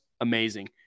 amazing